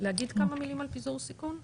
להגיד כמה מילים על פיזור סיכון?